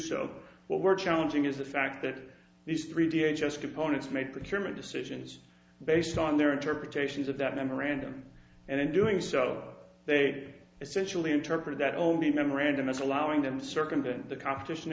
what we're challenging is the fact that these three v h s components made preacherman decisions based on their interpretations of that memorandum and in doing so they did essentially interpret that only memorandum as allowing them to circumvent the competition